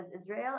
Israel